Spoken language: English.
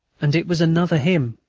and it was another hymn,